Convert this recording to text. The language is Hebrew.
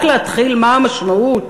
רק להתחיל, מה המשמעות